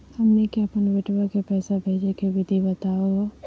हमनी के अपन बेटवा क पैसवा भेजै के विधि बताहु हो?